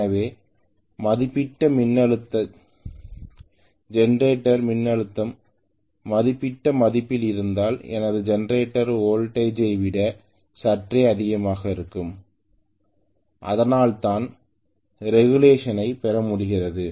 எனவே மதிப்பிடப்பட்ட மின்னழுத்தம் ஜெனரேட்டர் மின்னழுத்தம் மதிப்பிடப்பட்ட மதிப்பில் இருந்தால் எனது ஜெனரேட்டர் வோல்டேஜ்விட சற்றே அதிகமாக இருக்கும் அதனால்தான் ரெகுலேஷன் ஐ பெறமுடிகிறது